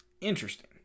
Interesting